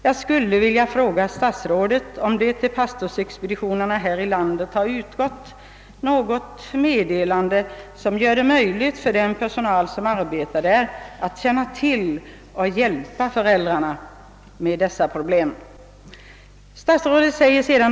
Jag skulle vilja fråga statsrådet, om det till våra pastorsexpeditioner har utgått något meddelande, som ger den personal som arbetar där kännedom om dessa problem och därmed gör det möjligt för dem att hjälpa föräldrarna.